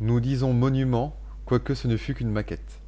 nous disons monument quoique ce ne fût qu'une maquette